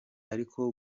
ariko